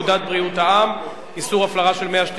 בריאות העם (איסור הפלרה של מי השתייה),